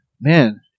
Man